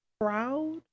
proud